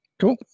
Cool